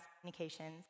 communications